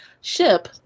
ship